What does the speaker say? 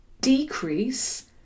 decrease